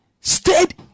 stayed